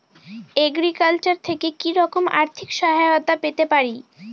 Agriculture থেকে কি রকম আর্থিক সহায়তা পেতে পারি?